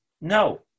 No